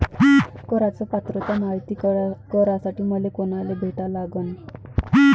कराच पात्रता मायती करासाठी मले कोनाले भेटा लागन?